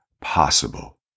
possible